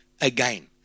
again